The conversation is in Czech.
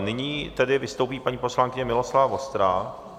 Nyní tedy vystoupí paní poslankyně Miloslava Vostrá.